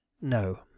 No